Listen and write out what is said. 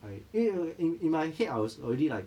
I 因为我 in in my head I was already like